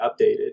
updated